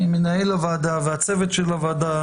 מנהל הוועדה והצוות של הוועדה,